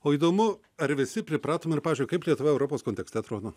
o įdomu ar visi pripratom ir pavyzdžiui kaip lietuva europos kontekste atrodo